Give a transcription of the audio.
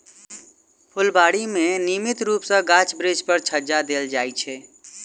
फूलबाड़ी मे नियमित रूप सॅ गाछ बिरिछ पर छङच्चा देल जाइत छै